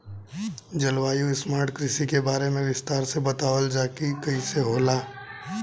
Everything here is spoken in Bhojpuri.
जलवायु स्मार्ट कृषि के बारे में विस्तार से बतावल जाकि कइसे होला?